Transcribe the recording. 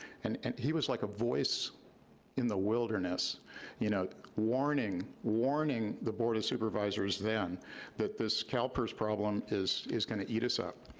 and and he was like a voice in the wilderness you know, warning, warning the board of supervisors then that this calpers problem is is gonna eat us up.